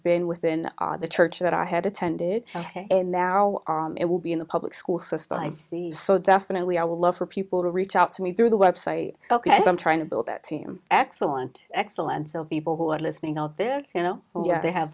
been within the church that i had attended and now it will be in the public school system i see so definitely i would love for people to reach out to me through the website ok i'm trying to build a team excellent excellence of people who are listening out there you know they have